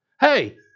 hey